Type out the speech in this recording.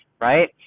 right